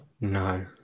No